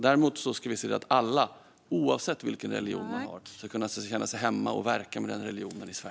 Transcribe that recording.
Däremot ska vi se till att alla, oavsett vilken religion man har, ska kunna känna sig hemma i Sverige och verka med den religionen här.